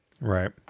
Right